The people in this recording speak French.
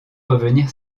revenir